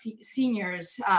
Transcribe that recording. seniors